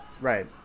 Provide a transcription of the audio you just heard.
Right